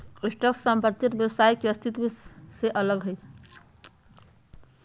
stock संपत्ति और व्यवसाय के अस्तित्व से अलग हइ